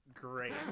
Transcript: Great